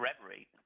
reverie